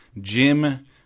Jim